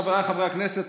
חבריי חברי הכנסת,